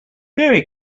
very